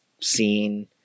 scene